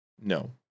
No